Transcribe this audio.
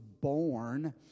born